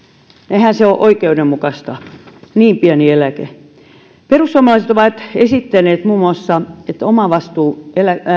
eihän se ole oikeudenmukaista niin pieni eläke perussuomalaiset ovat esittäneet muun muassa että omavastuu